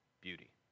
beauty